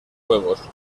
juegos